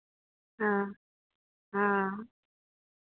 हँ हँ